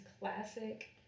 classic